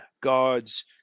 God's